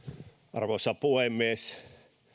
arvoisa puhemies